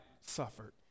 suffered